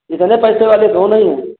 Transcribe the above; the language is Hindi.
इतने पैसे वाले तो नहीं है